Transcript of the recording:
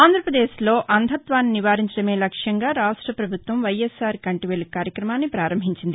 ఆంధ్రప్రదేశ్లో అంధత్వాన్ని నివారించడమే లక్ష్యంగా రాష్ర ప్రభుత్వం వైఎస్సార్ కంటి వెలుగు కార్యక్రమాన్ని ప్రారంభించింది